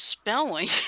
spelling